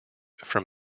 from